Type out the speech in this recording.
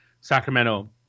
Sacramento